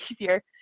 easier